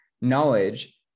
knowledge